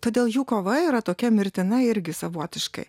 todėl jų kova yra tokia mirtina irgi savotiškai